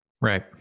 Right